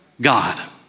God